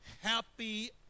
happy